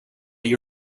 that